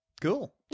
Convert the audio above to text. Cool